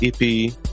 EP